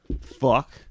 Fuck